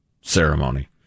ceremony